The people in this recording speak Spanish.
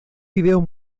vídeos